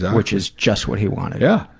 which is just what he wanted. yeah,